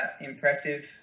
impressive